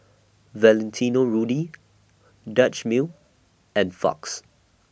Valentino Rudy Dutch Mill and Fox